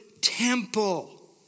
temple